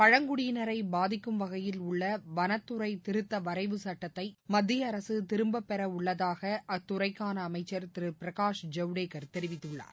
பழங்குடியினரை பாதிக்கும் வகையில் உள்ள வனத்துறை திருத்த வரைவு சுட்டத்தை மத்திய அரசு திரும்ப பெற உள்ளதா அத்துறைக்கான அமைச்சர் திரு பிரகாஷ் ஜவ்டேகர் தெரிவித்துள்ளார்